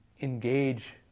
engage